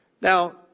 Now